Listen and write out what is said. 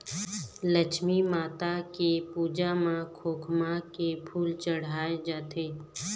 लक्छमी माता के पूजा म खोखमा के फूल चड़हाय जाथे